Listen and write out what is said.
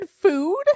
food